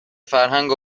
فرهنگ